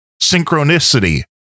synchronicity